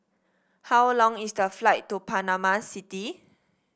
how long is the flight to Panama City